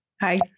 Hi